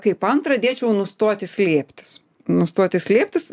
kaip antrą dėčiau nustoti slėptis nustoti slėptis